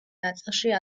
ნაწილში